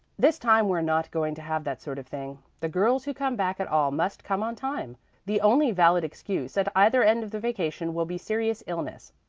this time we're not going to have that sort of thing. the girls who come back at all must come on time the only valid excuse at either end of the vacation will be serious illness.